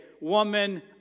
woman